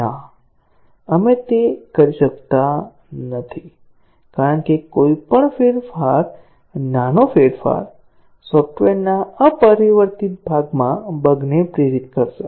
ના આપણે તે કરી શકતા નથી કારણ કે કોઈપણ ફેરફાર નાનો ફેરફાર સોફ્ટવેરના અપરિવર્તિત ભાગમાં બગ ને પ્રેરિત કરશે